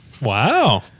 Wow